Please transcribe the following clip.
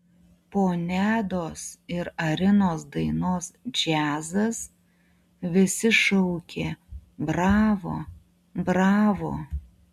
po nedos ir arinos dainos džiazas visi šaukė bravo bravo